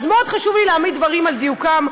אז מאוד חשוב לי להעמיד דברים על דיוקם.